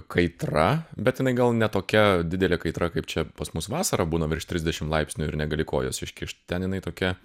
kaitra bet jinai gal ne tokia didelė kaitra kaip čia pas mus vasarą būna virš trisdešim laipsnių ir negali kojos iškišt ten jinai tokia